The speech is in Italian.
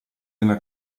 nella